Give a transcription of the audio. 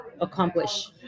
accomplish